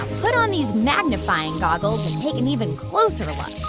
put on these magnifying goggles and take an even closer look